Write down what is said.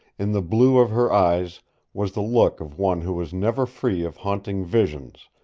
in the blue of her eyes was the look of one who was never free of haunting visions,